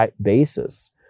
basis